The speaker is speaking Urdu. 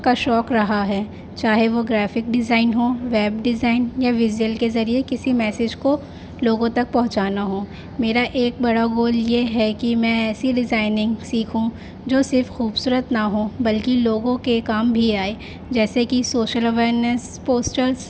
کا شوق رہا ہے چاہے وہ گرافک ڈیزائن ہووں ویب ڈیزائن یا ویزیئل کے ذریعے کسی میسیج کو لوگوں تک پہنچانا ہ میرا ایک بڑا گول یہ ہے کہ میں ایسی ڈیزائنگ سیکھوں جو صرف خوبصورت نہ ہوں بلکہ لوگوں کے کام بھی آئے جیسے کہ سوشل اویرنیس پوسٹرس